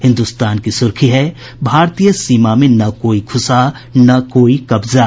हिन्दुस्तान की सुर्खी है भारतीय सीमा में न कोई घुसा न कोई कब्जा